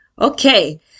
Okay